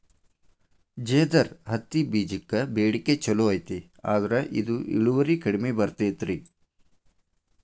ಜೇದರ್ ಹತ್ತಿಬೇಜಕ್ಕ ಬೇಡಿಕೆ ಚುಲೋ ಐತಿ ಆದ್ರ ಇದು ಇಳುವರಿ ಕಡಿಮೆ ಬರ್ತೈತಿ